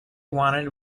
wanted